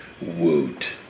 woot